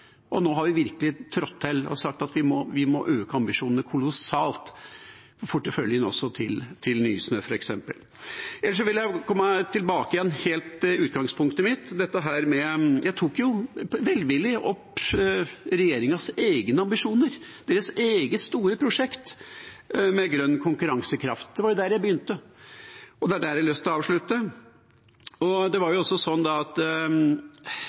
og nå har vi virkelig trådt til og sagt at vi må øke ambisjonene kolossalt, også i porteføljen til Nysnø f.eks. Så vil jeg komme tilbake til utgangspunktet mitt. Jeg tok velvillig opp regjeringas egne ambisjoner, deres eget store prosjekt med grønn konkurransekraft. Det var der jeg begynte, og det er der jeg har lyst til å avslutte.